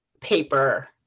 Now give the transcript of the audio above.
paper